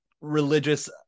religious